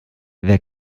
wer